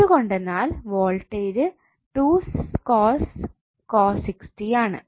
എന്തുകൊണ്ടെന്നാൽ വോൾടേജ് ആണ്